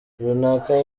runaka